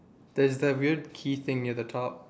there is that weird key thing at the top